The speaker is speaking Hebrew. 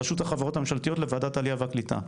ביקורת של רשות החברות הממשלתיות לוועדת העלייה והקליטה.